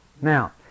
Now